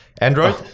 Android